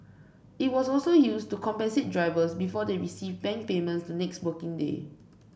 it was also used to compensate drivers before they received bank payments the next working day